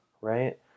right